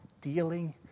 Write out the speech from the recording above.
dealing